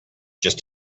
just